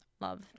love